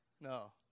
No